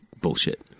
bullshit